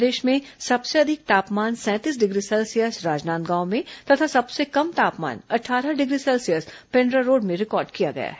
प्रदेश में सबसे अधिक तापमान सैंतीस डिग्री सेल्सियस राजनांदगांव में तथा सबसे कम तापमान अट्ठारह डिग्री सेल्सियस पेण्ड्रा रोड में रिकॉर्ड किया गया है